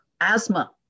asthma